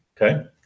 okay